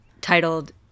titled